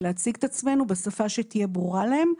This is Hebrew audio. להציג את עצמנו בשפה שתהיה ברורה להם.